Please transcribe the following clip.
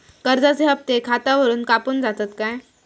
कर्जाचे हप्ते खातावरून कापून जातत काय?